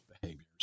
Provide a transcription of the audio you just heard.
behaviors